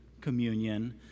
communion